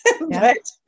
right